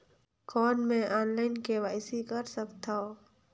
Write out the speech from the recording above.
कौन मैं online KYC कर सकथव?